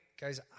guys